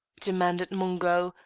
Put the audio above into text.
demanded mungo,